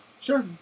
Sure